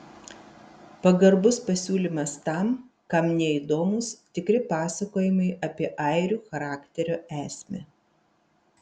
pagarbus pasiūlymas tam kam neįdomūs tikri pasakojimai apie airių charakterio esmę